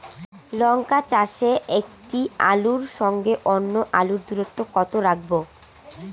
লঙ্কা চাষে একটি আলুর সঙ্গে অন্য আলুর দূরত্ব কত রাখবো?